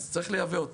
אז צריך לייבא אותו.